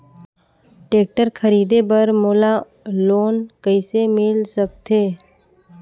Tractor खरीदे बर मोला लोन कइसे मिल सकथे?